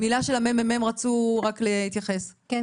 מילה של הממ"מ שרצו להתייחס, בבקשה.